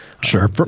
Sure